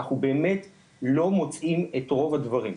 אנחנו באמת לא מוצאים את רוב הדברים.